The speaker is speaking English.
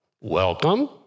Welcome